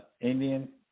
Indian